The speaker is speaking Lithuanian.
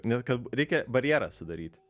net kad reikia barjerą sudaryti